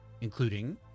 including